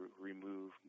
remove